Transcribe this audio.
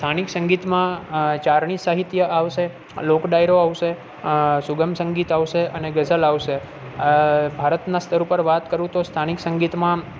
સ્થાનિક સંગીતમાં આ ચારની સાહિત્ય આવશે લોક ડાયરો આવશે સુગમ સંગીત આવશે અને ગઝલ આવશે ભારતના સ્તર ઉપર વાત કરું તો સ્થાનિક સંગીતમાં